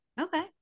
Okay